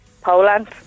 Poland